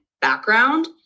background